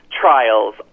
trials